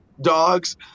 dogs